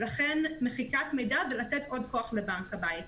ולכן מחיקת מידע זה לתת עוד כוח לבנק הבית,